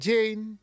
Jane